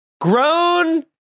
Grown